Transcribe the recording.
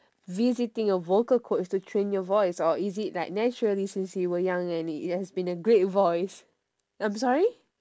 visiting a vocal coach to train your voice or is it like naturally since you were young and it has been a great voice I'm sorry